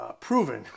proven